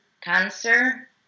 cancer